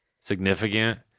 significant